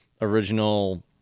original